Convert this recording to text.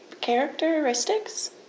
characteristics